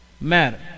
Matter